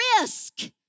risk